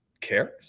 cares